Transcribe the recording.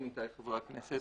עמיתיי חברי הכנסת,